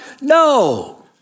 No